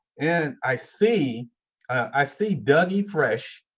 and i see i see doug e. fresh.